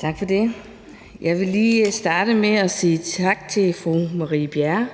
Tak for det. Jeg vil lige starte med at sige tak til fru Marie Bjerre